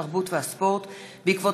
התרבות והספורט בעקבות